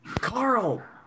Carl